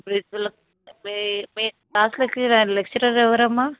మీకు మీ క్లాస్లకి లెక్చరర్ ఎవరు అమ్మ